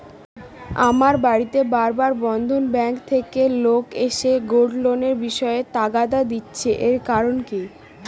আমার বাড়িতে বার বার বন্ধন ব্যাংক থেকে লোক এসে গোল্ড লোনের বিষয়ে তাগাদা দিচ্ছে এর কারণ কি?